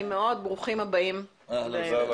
מדיון לדיון.